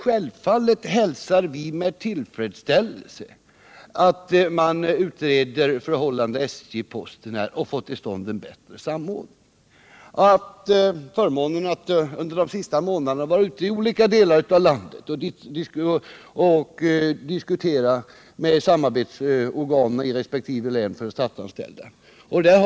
Självfallet hälsar vi med tillfredsställelse att man utreder förhållandet SJ-posten för att få till stånd en bättre samordning. Jag har de senaste månaderna haft förmånen att vara ute i olika delar av landet och diskutera med samarbetsorganen för de statsanställda i olika län.